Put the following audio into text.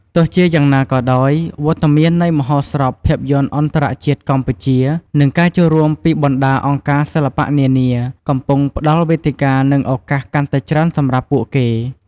ទោះជាយ៉ាងណាក៏ដោយ វត្តមាននៃមហោស្រពភាពយន្តអន្តរជាតិកម្ពុជា និងការចូលរួមពីបណ្ដាអង្គការសិល្បៈនានា កំពុងផ្ដល់វេទិកា និងឱកាសកាន់តែច្រើនសម្រាប់ពួកគេ។